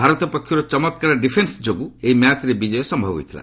ଭାରତ ପକ୍ଷରୁ ଚମତ୍କାର ଡିଫେନ୍ ଯୋଗୁଁ ଏହି ମ୍ୟାଚ୍ରେ ବିଜୟ ସମ୍ଭବ ହୋଇଥିଲା